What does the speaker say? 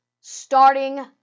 starting